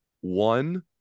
one